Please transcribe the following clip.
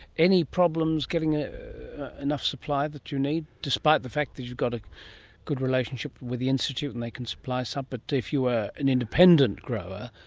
any problems getting enough supply that you need, despite the fact that you've got a good relationship with the institute and they can supply some? but if you were an independent grower,